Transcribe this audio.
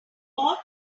all